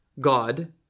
God